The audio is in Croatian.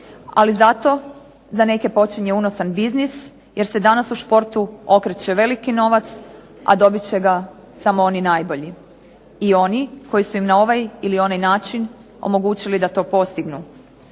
Ali zato za neke počinje unosan biznis jer se danas u športu okreće veliki novac, a dobit će ga samo oni najbolji i oni koji su im na ovaj ili onaj način omogućili da to postignu.